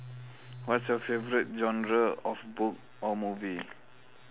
what's your favorite genre of book or movie